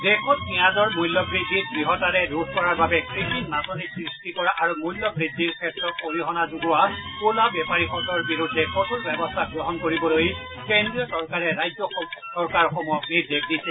দেশত পিয়াজৰ মূল্যবৃদ্ধি দৃঢ়তাৰে ৰোধ কৰাৰ বাবে কৃত্ৰিম নাটনি সৃষ্টি কৰা আৰু মূল্যবৃদ্ধিৰ ক্ষেত্ৰত অৰিহণা যোগোৱা কলা বেপাৰীহতৰ বিৰুদ্ধে কঠোৰ ব্যৱস্থা গ্ৰহণ কৰিবলৈ কেন্দ্ৰীয় চৰকাৰে ৰাজ্য চৰকাৰসমূহক নিৰ্দেশ দিছে